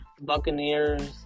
Buccaneers